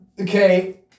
okay